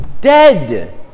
Dead